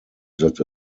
that